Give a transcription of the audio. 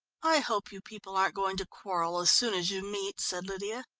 i hope you people aren't going to quarrel as soon as you meet, said lydia.